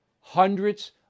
Hundreds